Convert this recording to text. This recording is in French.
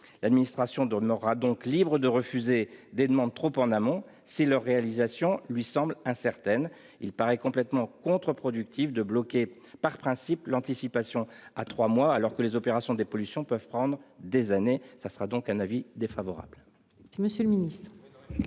L'administration demeurera donc libre de refuser des demandes trop en amont si leur réalisation lui semble incertaine. Il paraît complètement contre-productif de bloquer par principe l'anticipation à trois mois alors que les opérations de dépollution peuvent prendre des années ! La commission a donc émis un avis défavorable.